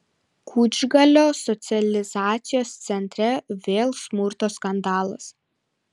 kučgalio socializacijos centre vėl smurto skandalas